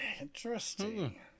Interesting